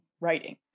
writing